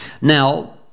Now